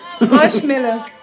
Marshmallow